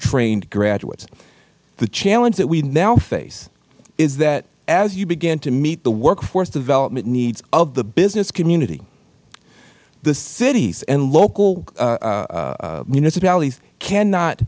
trained graduates the challenge that we now face is that as you begin to meet the workforce development needs of the business community the cities and local municipalities cannot